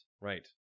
right